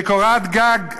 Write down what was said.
שקורת גג,